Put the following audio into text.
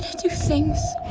do things.